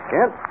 Kent